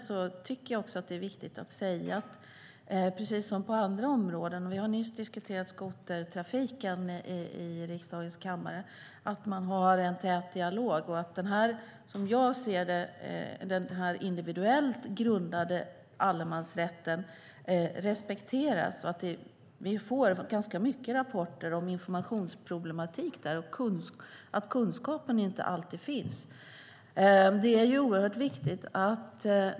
Vi har nyss diskuterat skotertrafiken i riksdagens kammare. Det är viktigt att man har en tät dialog här, precis som på andra områden. Det är viktigt att den här, som jag ser det, individuellt grundade allemansrätten respekteras. Vi får ganska många rapporter om informationsproblem och om att kunskapen inte alltid finns.